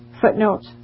footnote